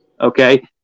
Okay